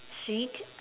sweet